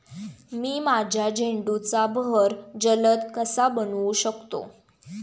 मी माझ्या झेंडूचा बहर जलद कसा बनवू शकतो?